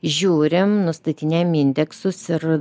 žiūrim nustatinėjam indeksus ir